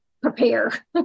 prepare